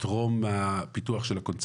נא